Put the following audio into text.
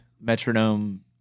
metronome